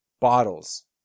Bottles